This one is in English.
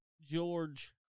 George